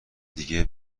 دیگه